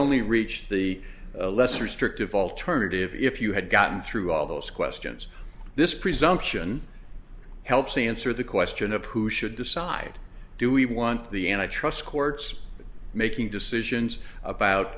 only reach the less restrictive alternative if you had gotten through all those questions this presumption helps answer the question of who should decide do we want the and i trust courts making decisions about